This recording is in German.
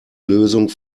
lösung